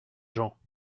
gens